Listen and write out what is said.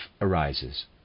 arises